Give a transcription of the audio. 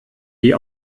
die